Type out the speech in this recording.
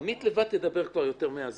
עמית לבד תדבר יותר מהזמן,